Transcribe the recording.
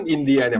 India